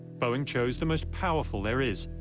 boeing chose the most powerful there is,